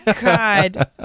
God